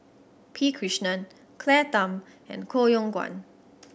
P Krishnan Claire Tham and Koh Yong Guan